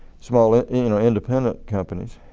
small ah you know independent companies.